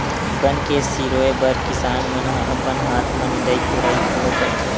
बन के सिरोय बर किसान मन ह अपन हाथ म निंदई कोड़ई घलो करथे